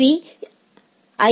பீக்கு ஐ